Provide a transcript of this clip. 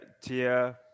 tia